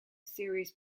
series